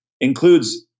includes